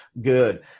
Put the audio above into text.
good